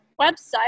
website